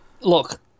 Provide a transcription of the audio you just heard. Look